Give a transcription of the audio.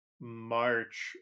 march